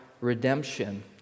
redemption